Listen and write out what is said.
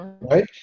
right